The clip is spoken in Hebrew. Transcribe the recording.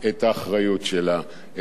את זה לא אמר לכם שר האוצר.